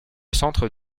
centre